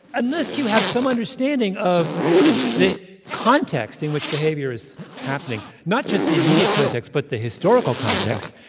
unless you have some understanding of the context in which behavior is happening not just the immediate context, but the historical context.